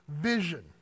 vision